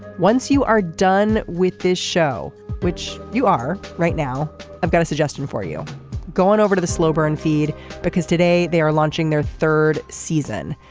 once you are done with this show which you are right now i've got a suggestion for you going over to the slow burn feed because today they are launching their third season.